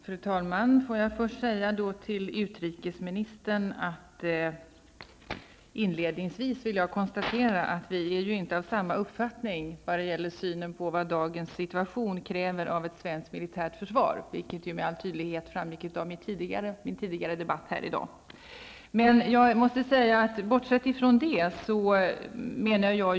Fru talman! Jag kan inledningsvis konstatera att utrikesministern och jag inte har samma uppfattning om vad dagens situation kräver av ett svenskt militärt försvar, vilket också med all tydlighet framgick av min debatt med försvarsministern tidigare här i dag.